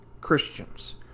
Christians